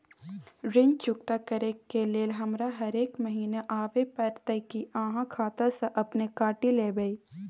ऋण चुकता करै के लेल हमरा हरेक महीने आबै परतै कि आहाँ खाता स अपने काटि लेबै?